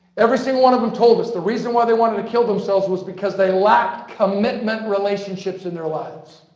every single one of them told us the reason why they wanted to kill themselves was because they lacked commitment relationships in their lives.